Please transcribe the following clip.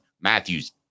Matthews